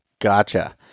Gotcha